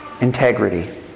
Integrity